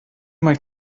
mai